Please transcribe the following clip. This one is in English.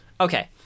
Okay